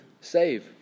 Save